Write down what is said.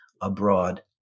abroad